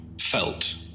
felt